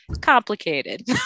complicated